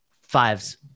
fives